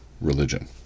religion